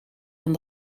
van